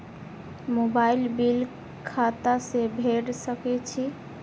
Mobile bill खाता से भेड़ सके छि?